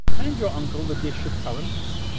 hand your uncle the dish of currants.